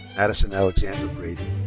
madison alexandra brady.